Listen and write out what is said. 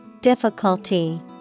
Difficulty